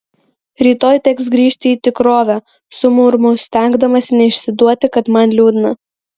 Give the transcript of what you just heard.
rytoj teks grįžti į tikrovę sumurmu stengdamasi neišsiduoti kad man liūdna